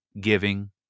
giving